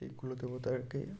সেই কুলদেবতারকে